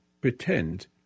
pretend